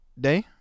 day